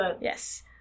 yes